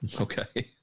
Okay